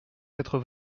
quatre